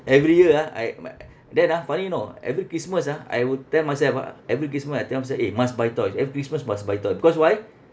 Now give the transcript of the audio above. every year ah I my then ah funny you know every christmas ah I would tell myself ah every christmas I tell myself eh must buy toys every christmas must buy toy because why